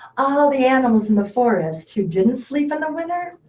all the animals in the forest, who didn't sleep in the winter.